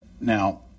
Now